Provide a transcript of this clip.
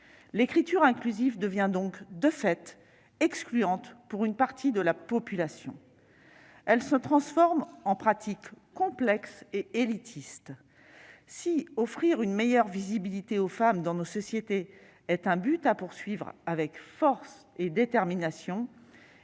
L'écriture inclusive devient donc, de fait, excluante pour une partie de la population. Elle se transforme en pratique complexe et élitiste. Offrir une meilleure visibilité aux femmes dans nos sociétés est un but à poursuivre avec force et détermination,